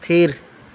ᱛᱷᱤᱨ